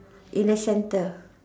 in the center